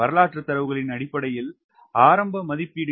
வரலாற்று தரவுகளின் அடிப்படையில் ஆரம்ப மதிப்பீடுகள்